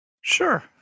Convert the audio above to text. Sure